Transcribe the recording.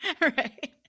Right